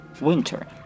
winter